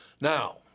Now